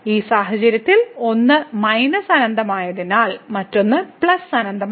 ഈ സാഹചര്യത്തിൽ ഒന്ന് മൈനസ് അനന്തമായതിനാൽ മറ്റൊന്ന് പ്ലസ് അനന്തമാണ്